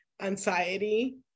anxiety